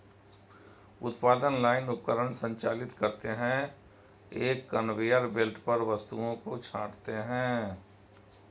उत्पादन लाइन उपकरण संचालित करते हैं, एक कन्वेयर बेल्ट पर वस्तुओं को छांटते हैं